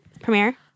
premiere